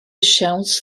siawns